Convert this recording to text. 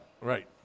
Right